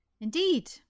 Indeed